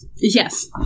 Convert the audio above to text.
Yes